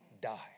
die